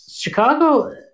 Chicago